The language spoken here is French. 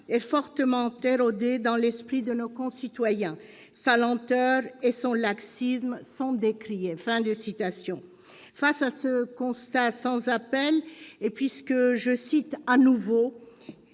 est fortement érodée dans l'esprit de nos concitoyens. Sa lenteur et son laxisme sont décriés. » Face à ce constat sans appel et puisque, je cite à nouveau,